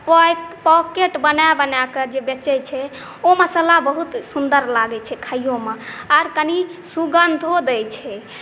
pocket बना बनाके जे बेचैत छै ओ मसाला बहुत सुन्दर लगैत छै खाइओमे आओर कनि सुगन्धो दैत छै